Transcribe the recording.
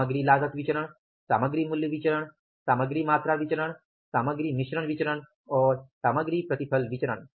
सामग्री लागत विचरण सामग्री मूल्य विचरण सामग्री मात्रा विचरण सामग्री मिश्रण विचरण और सामग्री प्रतिफल विचरण